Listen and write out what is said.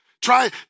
Try